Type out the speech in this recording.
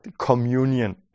communion